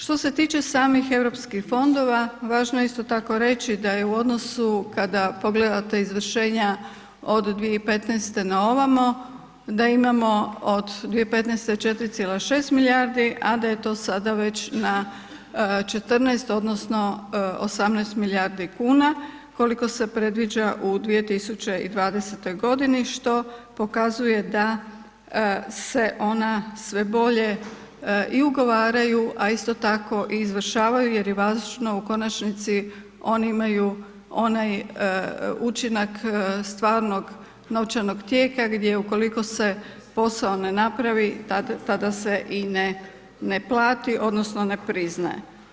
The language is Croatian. Što se tiče samih europskih fondova, važno je isti tako reći da je u odnosu kada pogledate izvršenja od 2015. na ovamo da imamo od 2015. 4,6 milijardi a da je to sada već na 14 odnosno 18 milijardi kuna koliko se predviđa u 2020. g. što pokazuje da se ona sve bolje i ugovaraju a isto tako i izvršavaju jer je važno u konačnici, oni imaju onaj učinak stvarnog novčanog tijeka gdje ukoliko se posao ne napravi, tada se i ne plati odnosno ne priznaje.